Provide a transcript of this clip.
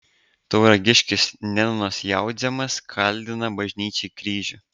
tauragiškis nenonas jaudzemas kaldina bažnyčiai kryžių